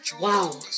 Wow